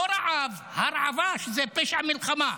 לא רעב, הרעבה, שזה פשע מלחמה.